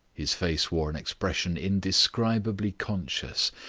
his face wore an expression indescribably conscious,